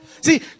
See